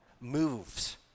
Moves